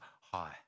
High